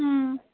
ꯎꯝ